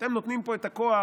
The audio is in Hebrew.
אתם נותנים פה את הכוח